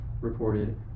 reported